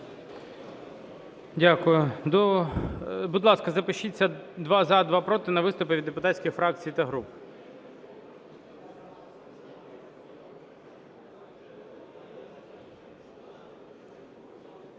Будь ласка, запишіться: два – за, два – проти, на виступи від депутатських фракцій та груп.